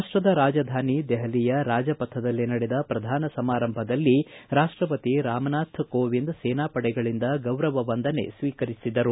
ರಾಷ್ಟದ ರಾಜಧಾನಿ ದೆಹಲಿಯ ರಾಜಪಥದಲ್ಲಿ ನಡೆದ ಪ್ರಧಾನ ಸಮಾರಂಭದಲ್ಲಿ ರಾಷ್ಷಪತಿ ರಾಮ್ ನಾಥ್ ಕೋವಿಂದ್ ಸೇನಾ ಪಡೆಗಳಿಂದ ಗೌರವ ವಂದನೆ ಸ್ವೀಕರಿಸಿದರು